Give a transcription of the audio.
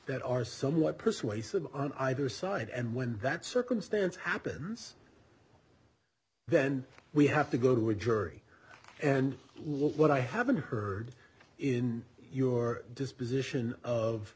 that are somewhat persuasive on either side and when that circumstance happens then we have to go to a jury and what i haven't heard is your disposition of